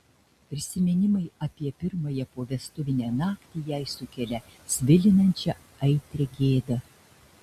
prisiminimai apie pirmąją povestuvinę naktį jai sukelia svilinančią aitrią gėdą